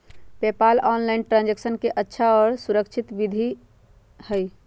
PayPal online transaction के अच्छा और सुरक्षित विधि हई